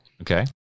Okay